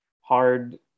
hard